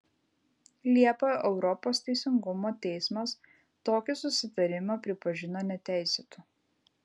liepą europos teisingumo teismas tokį susitarimą pripažino neteisėtu